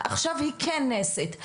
עכשיו היא כן נעשית,